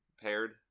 paired